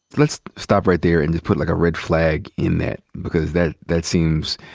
let's stop right there, and just put like a red flag in that. because that that seems